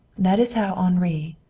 that is how henri,